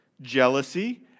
jealousy